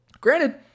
Granted